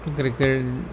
cricket